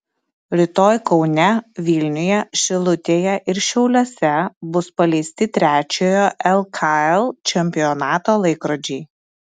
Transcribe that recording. rytoj kaune vilniuje šilutėje ir šiauliuose bus paleisti trečiojo lkl čempionato laikrodžiai